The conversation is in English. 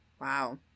wow